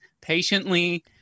patiently